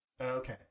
okay